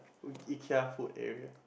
I~ Ikea food area